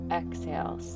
exhale